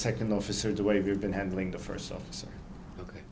second officer the way they've been handling the first officer ok